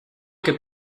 que